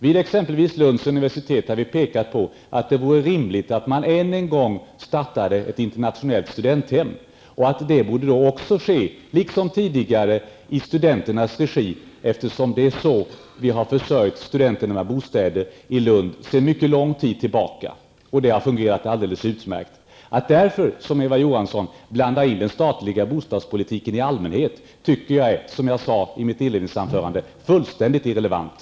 Vid t.ex. Lunds universitet vore det rimligt att än en gång inrätta ett internationellt studenthem, vilket också liksom tidigare borde ske i studenternas regi, eftersom det är så som studenterna i Lund sedan mycket lång tid tillbaka har försörjts med bostäder, och det har fungerat alldeles utmärkt. Att, som Eva Johansson gör, blanda in den statliga bostadspolitiken i allmänhet är, som jag också sade i mitt inledningsanförande, fullständigt irrelevant.